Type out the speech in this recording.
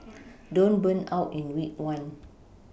don't burn out in week one